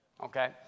okay